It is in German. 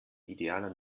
idealer